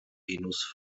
venus